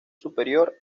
superior